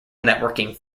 networking